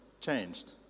changed